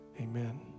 Amen